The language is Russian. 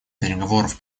переговоров